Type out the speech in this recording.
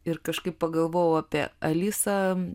ir kažkaip pagalvojau apie alisą